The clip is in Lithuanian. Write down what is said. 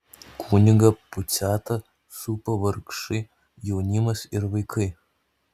kunigą puciatą supo vargšai jaunimas ir vaikai